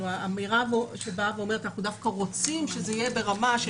אנחנו דווקא רוצים שזה יהיה ברמה של